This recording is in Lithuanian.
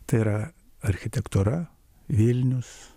tai yra architektūra vilnius